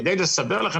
כדי לסבר את האוזן.